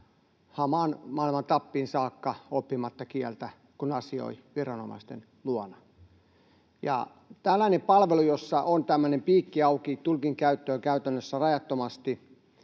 hamaan maailman tappiin saakka oppimatta kieltä, kun asioi viranomaisten luona. Tällainen palvelu, jossa on tämmöinen piikki auki tulkin käyttöön käytännössä rajattomasti,